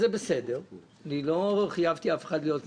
וזה בסדר, לא חייבתי אף אחד להיות משפטן.